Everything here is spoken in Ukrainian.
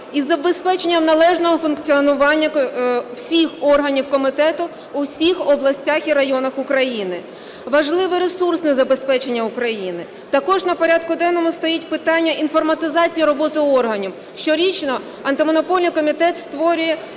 і забезпечення належного функціонування всіх органів комітету в усіх областях і районах України. Важливе ресурсне забезпечення України. Також на порядку денному стоїть питання інформатизації роботи органів. Щорічно Антимонопольний комітет створює